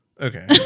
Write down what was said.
Okay